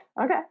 okay